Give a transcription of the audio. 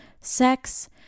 sex